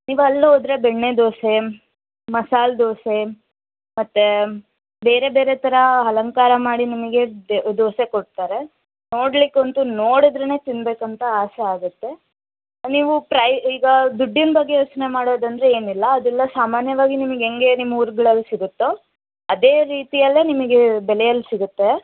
ನೀವು ಅಲ್ಲಿ ಹೋದರೆ ಬೆಣ್ಣೆ ದೋಸೆ ಮಸಾಲೆ ದೋಸೆ ಮತ್ತು ಬೇರೆ ಬೇರೆ ಥರ ಅಲಂಕಾರ ಮಾಡಿ ನಿಮಗೆ ದೋಸೆ ಕೊಡ್ತಾರೆ ನೋಡಲಿಕ್ಕಂತೂ ನೋಡಿದರೇನೇ ತಿನ್ನಬೇಕು ಅಂತ ಆಸೆ ಆಗುತ್ತೆ ನೀವು ಪ್ರೈ ಈಗ ದುಡ್ಡಿನ ಬಗ್ಗೆ ಯೋಚನೆ ಮಾಡೋದಂದ್ರೆ ಏನಿಲ್ಲ ಅದೆಲ್ಲ ಸಾಮಾನ್ಯವಾಗಿ ನಿಮಗೆ ಹೇಗೆ ನಿಮ್ಮ ಊರುಗಳಲ್ಲಿ ಸಿಗುತ್ತೋ ಅದೇ ರೀತಿಯಲ್ಲೇ ನಿಮಗೆ ಬೆಲೆಯಲ್ಲಿ ಸಿಗುತ್ತೆ